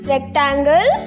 Rectangle